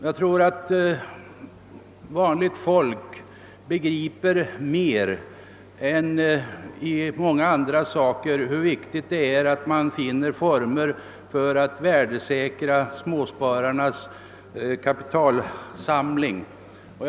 Jag tror att vanligt folk begriper bättre än beträffande många andra saker, hur viktigt det är, att man finner former för att värdesäkra det kapital småspararna lyckas spara ihop.